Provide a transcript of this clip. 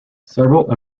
several